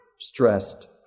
stressed